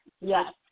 Yes